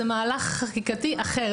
זה מהלך חקיקתי אחר.